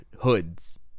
hoods